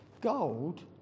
Gold